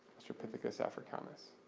australopithecus africanus.